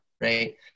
right